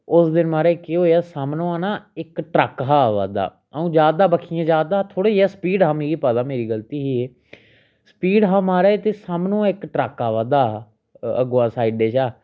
उस दिन महाराज केह होएआ सामनुआ इक ट्रक हा आवा दा आ'ऊं जा दा हा बक्खियै जा दा हा थोह्ड़ा जेहा स्पीड हा मिगी पता मेरी गल्ती ही एह् स्पीड हा महाराज ते सामनु इक ट्रक आवा दा हा अग्गुआं साइडै शा